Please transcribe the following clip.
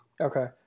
Okay